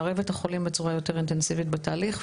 לערב את החולים בצורה יותר אינטנסיבית בתהליך,